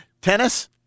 Tennis